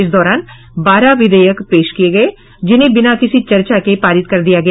इस दौरान बारह विधेयक पेश किये गये जिन्हें बिना किसी चर्चा के पारित कर दिया गया